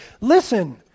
Listen